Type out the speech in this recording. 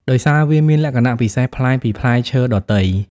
ដោយសារវាមានលក្ខណៈពិសេសប្លែកពីផ្លែឈើដទៃ។